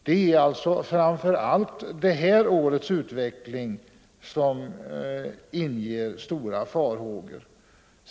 Det är alltså framför allt det här årets utveckling som inger stora farhågor.